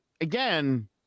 again